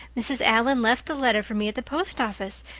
mrs. allan left the letter for me at the post office.